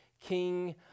King